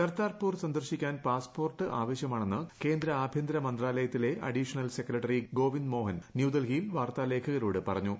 കർതാർപൂർ സന്ദർശിക്കാൻ പാസ്പോർട്ട് ആവശ്യമാണെന്ന് കേന്ദ്ര ആഭ്യന്തര മന്ത്രാലയത്തിലെ അഡീഷണൽ സെക്രട്ടറി ഗോവിന്ദ് മോഹൻ ന്യൂഡൽഹിയിൽ വാർത്താ ലേഖകരോട് പറഞ്ഞു